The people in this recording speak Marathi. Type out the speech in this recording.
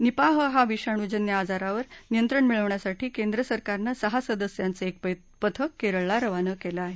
निपाह या विषाणूजन्य आजारावर नियंत्रण मिळवण्यासाठी केंद्रसरकारनं सहा सदस्यांचं एक पथक केरळला रवाना केलं आहे